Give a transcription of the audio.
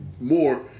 more